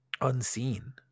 Unseen